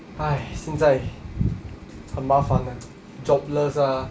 !hais! 现在很麻烦 ah jobless ah